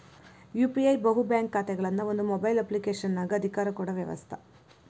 UPI ಬಹು bank ಖಾತೆಗಳನ್ನ ಒಂದ ಮೊಬೈಲ್ ಅಪ್ಲಿಕೇಶನಗ ಅಧಿಕಾರ ಕೊಡೊ ವ್ಯವಸ್ತ